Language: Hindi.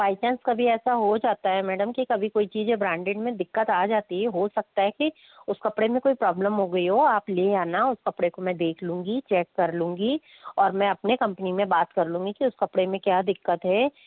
बाई चांस कभी ऐसा हो जाता है मैडम की कभी कोई चीज़ ब्रांडेड में दिक्कत आ जाती है हो सकता है कि उस कपड़े में कोई प्रॉब्लम हो गई हो आप ले आना उस कपड़े को मैं देख लूंगी चेक कर लूंगी और मैं अपनी कंपनी में बात कर लूंगी के उस कपड़े में क्या दिक्कत है